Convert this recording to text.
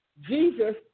Jesus